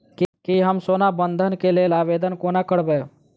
की हम सोना बंधन कऽ लेल आवेदन कोना करबै?